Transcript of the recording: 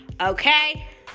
okay